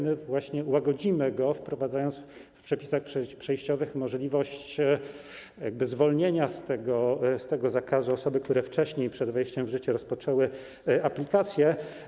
My właśnie łagodzimy go, wprowadzając w przepisach przejściowych możliwość zwolnienia z tego zakazu osób, które wcześniej, przed wejściem w życie, rozpoczęły aplikację.